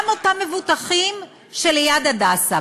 גם את אותם מבוטחים שגרים ליד "הדסה",